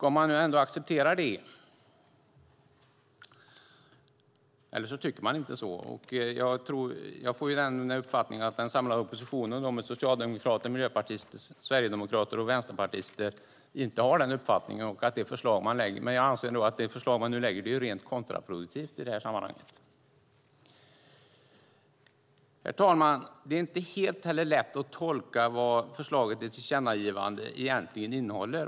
Endera accepterar man detta, eller också tycker man inte så. Jag får uppfattningen att den samlade oppositionen med socialdemokrater, miljöpartister, sverigedemokrater och vänsterpartister inte har nämnda uppfattning i och med det förslag som läggs fram - ett förslag som jag anser är rent kontraproduktivt i sammanhanget. Herr talman! Det är inte helt lätt att tolka vad förslaget till tillkännagivande egentligen innehåller.